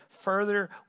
further